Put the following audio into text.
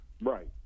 Right